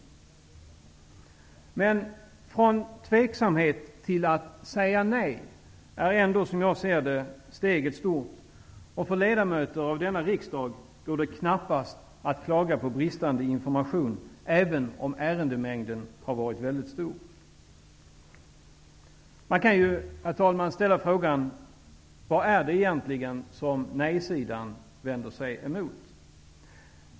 Från att känna tveksamhet till att säga nej är, som jag ser det, steget långt. Ledamöterna i denna riksdag kan knappast klaga på bristande information, även om ärendemängden har varit mycket stor. Herr talman! Man kan ställa frågan vad nej-sidan egentligen vänder sig emot.